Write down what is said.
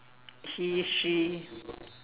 he she